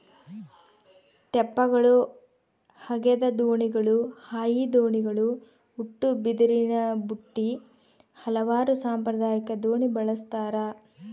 ತೆಪ್ಪಗಳು ಹಗೆದ ದೋಣಿಗಳು ಹಾಯಿ ದೋಣಿಗಳು ಉಟ್ಟುಬಿದಿರಿನಬುಟ್ಟಿ ಹಲವಾರು ಸಾಂಪ್ರದಾಯಿಕ ದೋಣಿ ಬಳಸ್ತಾರ